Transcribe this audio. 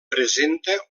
presenta